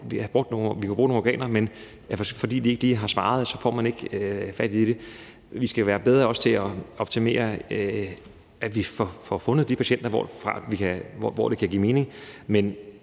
have brugt nogle organer, men fordi man ikke lige har svaret, får vi ikke fat i det. Vi skal være bedre også til at optimere, at vi får fundet de patienter, hvor det kan give mening,